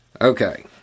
Okay